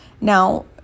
now